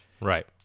Right